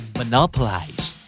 monopolize